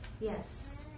yes